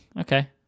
Okay